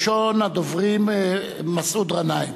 ראשון הדוברים הוא מסעוד גנאים.